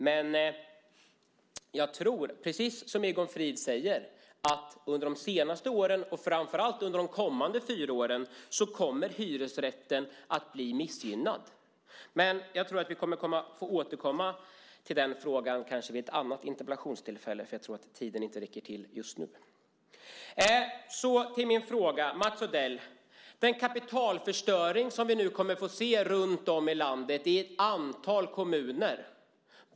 Jag tror att det är precis som Egon Frid säger, nämligen att framför allt under de kommande fyra åren kommer hyresrätten att bli missgynnad, men den frågan får vi kanske återkomma till vid ett annat interpellationstillfälle. Jag tror att tiden inte räcker till just nu. Så till min fråga, Mats Odell. Vad ska regeringen göra åt den kapitalförstöring vi nu kommer att få se runtom i landet i ett antal kommuner?